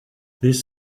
these